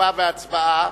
לתשובה והצבעה,